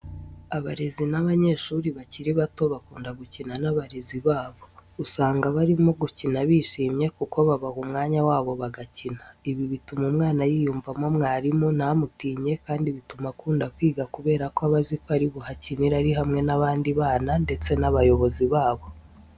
Abarezi n'abanyeshuri bakiri bato bakunda gukina n'abarezi babo, usanga barimo gukina bishimye kuko babaha umwanya wabo bagakina. Ibi bituma umwana yiyumvamo mwarimu ntamutinye kandi bituma akunda kwiga kubera ko aba azi ko ari buhakinire ari hamwe n'abandi bana ndetse n'abayobozi babo.